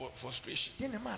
frustration